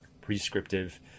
prescriptive